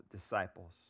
disciples